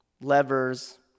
levers